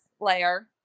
layer